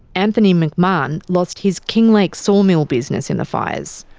anthony mcmahon lost his kinglake saw mill business in the fires.